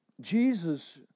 Jesus